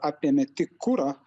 apėmė tik kurą